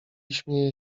śmieje